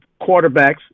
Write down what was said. quarterbacks –